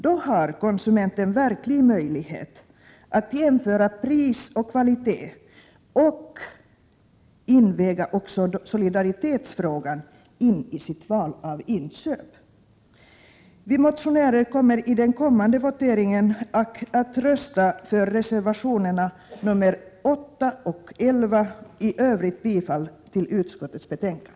Då har konsumenten verklig möjlighet att jämföra pris och kvalitet och väga in också solidaritetsfrågan vid inköpsvalet. Vi motionärer ämnar i den kommande voteringen rösta för reservationerna nr 8 och 11. I övrigt yrkar jag bifall till utskottets hemställan.